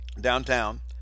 downtown